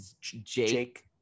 Jake